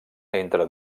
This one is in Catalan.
entre